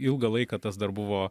ilgą laiką tas dar buvo